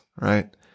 right